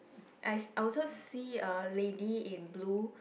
I I also see a lady in blue